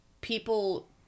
people